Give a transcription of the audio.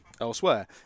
elsewhere